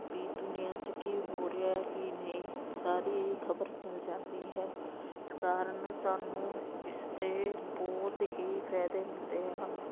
ਵੀ ਦੁਨੀਆ 'ਚ ਕੀ ਹੋ ਰਿਹਾ ਕੀ ਨਹੀਂ ਸਾਰੀ ਇਹ ਖ਼ਬਰ ਮਿਲ ਜਾਂਦੀ ਹੈ ਇਸ ਕਾਰਨ ਸਾਨੂੰ ਇਸ ਦੇ ਬਹੁਤ ਹੀ ਫਾਇਦੇ ਮਿਲਦੇ ਹਨ